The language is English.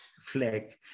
flag